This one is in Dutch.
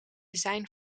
zijn